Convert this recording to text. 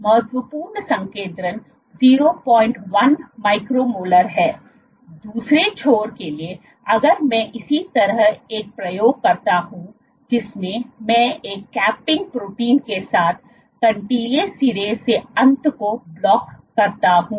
महत्वपूर्ण संकेंद्रण 01 micro molar है दूसरे छोर के लिए अगर मैं इसी तरह एक प्रयोग करता हूं जिसमें मैं एक कैपिंग प्रोटीन के साथ कंटीले सिरे से अंत को ब्लॉक करता हूं